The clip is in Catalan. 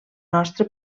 nostre